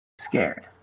scared